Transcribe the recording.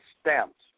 stamps